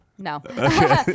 No